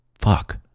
Fuck